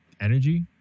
energy